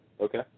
Okay